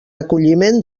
acolliment